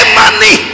money